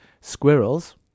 squirrels